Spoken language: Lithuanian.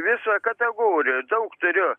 visą kategoriją daug turiu